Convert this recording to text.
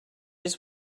his